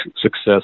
success